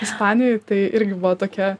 ispanijoj tai irgi buvo tokia